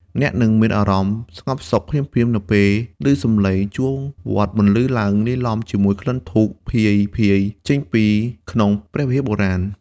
អ្នកនឹងមានអារម្មណ៍ស្ងប់សុខភ្លាមៗ នៅពេលឮសម្លេងជួងវត្តបន្លឺឡើងលាយឡំជាមួយក្លិនធូបភាយៗចេញពីក្នុងព្រះវិហារបុរាណ។